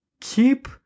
keep